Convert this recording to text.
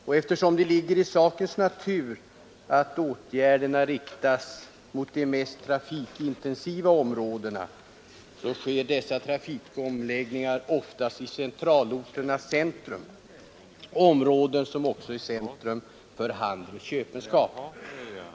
Och eftersom det ligger i sakens natur att åtgärderna riktas mot de mest trafikintensiva områdena sker dessa trafikomläggningar oftast i centralorternas centrum, områden som också är centrum för handel och köpenskap.